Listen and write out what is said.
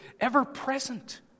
ever-present